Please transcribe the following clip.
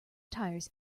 tires